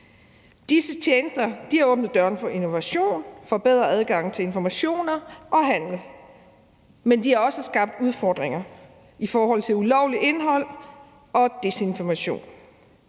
Disse tjenester åbner dørene for innovation og forbedrer adgangen til informationer og til at handle. Men de har også skabt udfordringer i forhold til ulovligt indhold og desinformation.